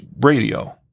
radio